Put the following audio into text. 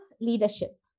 leadership